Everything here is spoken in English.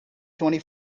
twenty